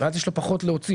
ואז יש לו פחות להוציא.